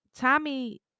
Tommy